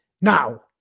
Now